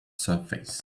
surface